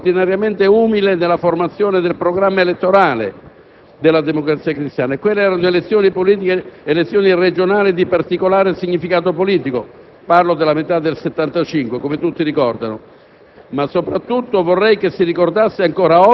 che non molti gli riconoscevano, di essere straordinariamente umile nella formazione del programma elettorale della Democrazia Cristiana. Quelle furono elezioni regionali di particolare significato politico; parlo della metà del 1975, come tutti ricorderete.